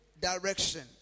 direction